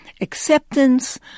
acceptance